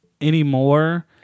anymore